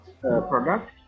product